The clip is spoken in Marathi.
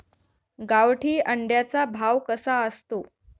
गावठी अंड्याचा भाव कसा असतो?